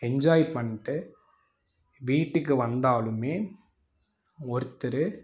enjoy பண்ணிட்டு வீட்டுக்கு வந்தாலுமே ஒருத்தர்